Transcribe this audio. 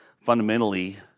fundamentally